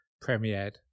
premiered